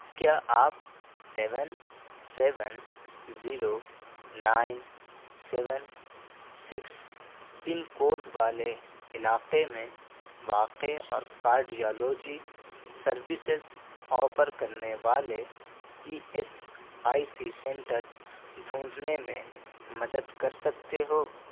کیا آپ seven seven zero nine seven six pin code والے علاقے میں واقع اور کارڈیالوجی سرویسیز آفر کرنے والے E S I C centres ڈھونڈنے میں مدد کر سکتے ہو